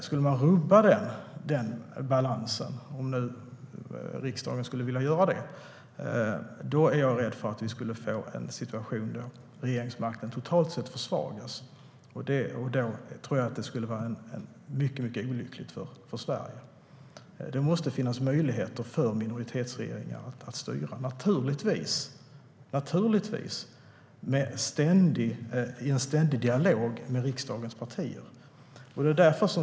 Skulle riksdagen vilja rubba denna balans är jag rädd att vi skulle få en situation där regeringsmakten totalt sett försvagas, och det skulle vara mycket olyckligt för Sverige. Det måste finnas möjlighet för minoritetsregeringar att styra, naturligtvis i ständig dialog med riksdagens partier.